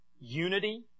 unity